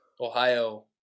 Ohio